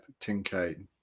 10k